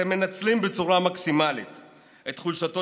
אתם מנצלים בצורה מקסימלית את חולשתו